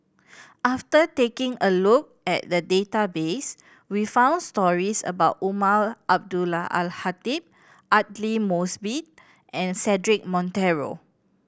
after taking a look at the database we found stories about Umar Abdullah Al Khatib Aidli Mosbit and Cedric Monteiro